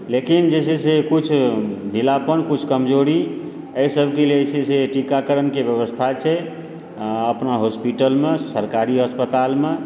लेकिन जे छै से किछु ढ़ीलापन किछु कमजोरी एहि सभकेँ लिय जे छै से टीकाकरणके व्यवस्था छै अपना हॉस्पिटलमे सरकारी अस्पतालमे